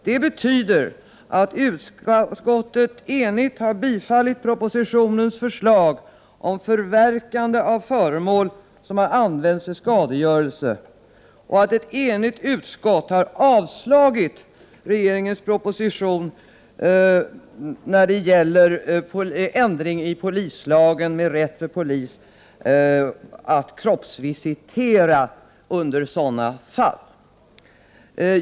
Det betyder att utskottet enigt har tillstyrkt propositionens förslag om förverkande av föremål som har använts vid skadegörelse och att ett enigt utskott har avstyrkt regeringens proposition när det gäller ändring i polislagen om rätt för polis att kroppsvisitera i sådana fall.